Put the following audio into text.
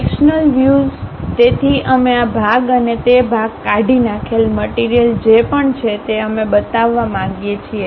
sectional views તેથી અમે આ ભાગ અને તે ભાગ કાઠી નાખેલ મટીરીયલ જે પણ છે તે અમે બતાવવા માંગીએ છીએ